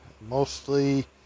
Mostly